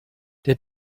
der